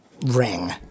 ring